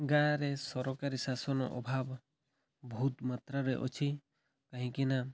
ଗାଁରେ ସରକାରୀ ଶାସନ ଅଭାବ ବହୁତ ମାତ୍ରାରେ ଅଛି କାହିଁକି ନା